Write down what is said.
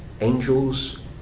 Angels